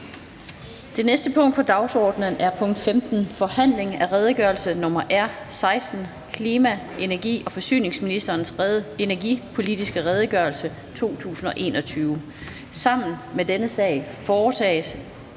Det næste punkt på dagsordenen er: 15) Forhandling om redegørelse nr. R 16: Klima-, energi- og forsyningsministerens energipolitiske redegørelse 2021. (Anmeldelse 29.04.2021.